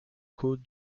côtes